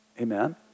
Amen